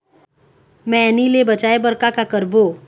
मैनी ले बचाए बर का का करबो?